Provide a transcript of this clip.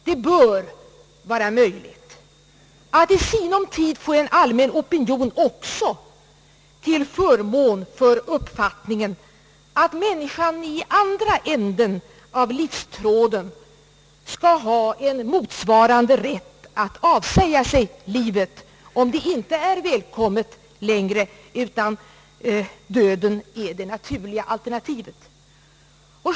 Det bör vara möjligt att i sinom tid få en allmän opinion också till förmån för uppfattningen att människan i andra änden av livstråden skall ha motsvarande rätt att avsäga sig livet, om det inte är välkommet, utan döden är det naturliga alternativet.